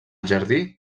jardí